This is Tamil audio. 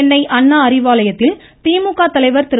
சென்னை அண்ணா அறிவாலயத்தில் திமுக தலைவா் திரு